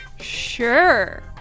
Sure